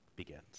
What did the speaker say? begins